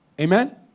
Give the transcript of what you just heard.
Amen